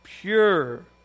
pure